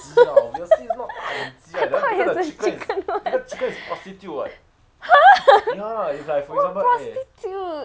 I thought is the chicken [one] !huh! what prostitute